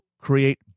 create